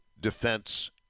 defense